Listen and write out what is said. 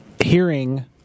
hearing